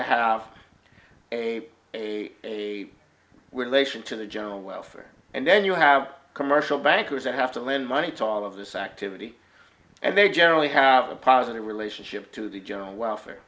to have a a relation to the general welfare and then you have commercial bankers that have to lend money to all of this activity and they generally have a positive relationship to the general welfare